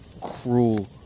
cruel